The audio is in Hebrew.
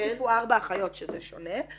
הוסיפו ארבע אחיות שזה שונה.